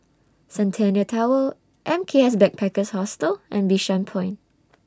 Centennial Tower M K S Backpackers Hostel and Bishan Point